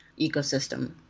ecosystem